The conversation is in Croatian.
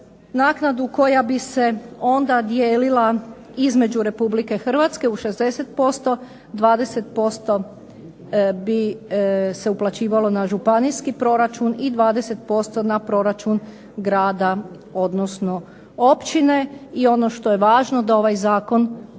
Naknadu koja bi se onda dijelila između RH u 60%, 20% bi se uplaćivalo na županijski proračun i 20% na proračun grada, odnosno općine. I ono što je važno da ovaj zakon